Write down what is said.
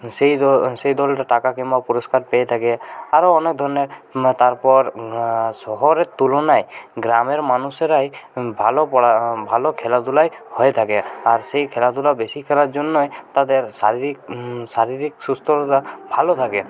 সেই দল সেই দলটা টাকা কিংবা পুরস্কার পেয়ে থাকে আরও অনেক ধরনের তারপর শহরের তুলনায় গ্রামের মানুষেরাই ভালো ভালো খেলাধূলায় হয়ে থাকে আর সেই খেলাধূলা বেশি খেলার জন্যই তাদের শারীরিক শারীরিক সুস্থতা ভালো থাকে